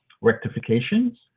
rectifications